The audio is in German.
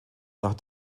nach